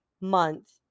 month